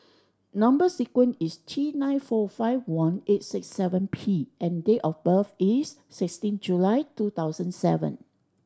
number sequence is T nine four five one eight six seven P and date of birth is sixteen July two thousand seven